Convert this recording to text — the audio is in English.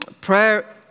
Prayer